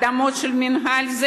האדמות של המינהל,